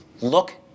look